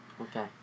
Okay